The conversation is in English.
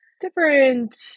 different